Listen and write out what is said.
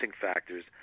factors